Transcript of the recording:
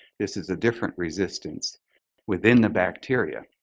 this is a different resistance within the bacteria,